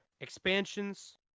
expansions